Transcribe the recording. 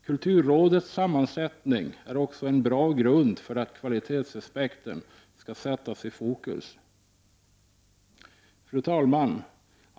Kulturrådets sammansättning är också en bra grund för att kvalitetsaspekten skall sättas i fokus. Fru talman!